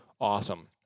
awesome